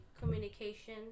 communication